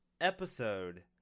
episode